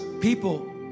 people